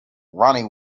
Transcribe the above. ronnie